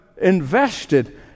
invested